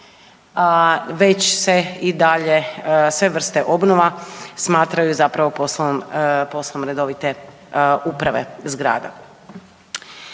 već se i dalje sve vrste obnova smatraju zapravo poslom, poslom redovite uprave zgrada.